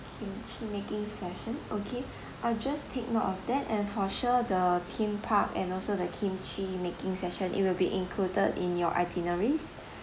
kimchi making session okay I'll just take note of that and for sure the theme park and also the @imchi making session it will be included in your itinerary